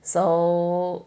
so